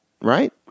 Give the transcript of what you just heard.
right